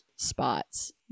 Spots